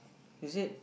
is it